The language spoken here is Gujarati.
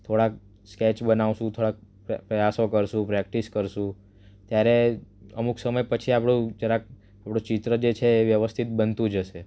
થોડાક સ્કેચ બનાવશું થોડાક પ્રયાસો કરશું પ્રેક્ટિસ કરશું ત્યારે અમુક સમય પછી આપણે જરાક થોડુ ચિત્ર જે છે એ વ્યવસ્થિત બનતું જશે